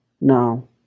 No